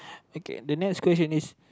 okay the next question is